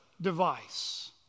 device